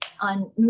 on